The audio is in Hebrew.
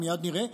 מייד נראה,